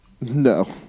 No